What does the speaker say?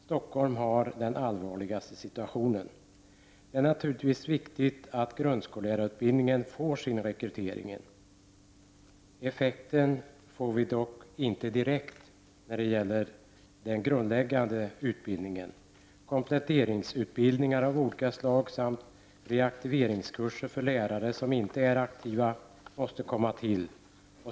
Stockholm har den allvarligaste situationen. Det är naturligtvis viktigt att grundskollärarutbildningen får sin rekrytering. Effekten här får vi dock inte direkt när det gäller den grundläggande utbildningen. Kompletteringsutbildningar av olika slag samt reaktiveringskurser för lärare som inte är aktiva måste komma till.